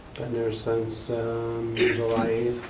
and there since july eighth.